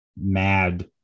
mad